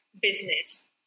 business